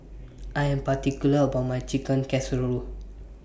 I Am particular about My Chicken Casserole